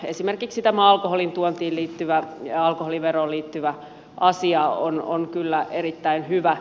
esimerkiksi tämä alkoholin tuontiin liittyvä alkoholiveroon liittyvä asia on kyllä erittäin hyvä